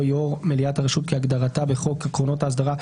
"יושב-ראש מליאת הרשות כהגדרתה בחוק עקרונות האסדרה,